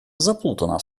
заплутана